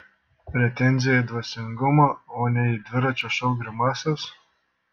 pretenzija į dvasingumą o ne į dviračio šou grimasas